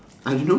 I don't know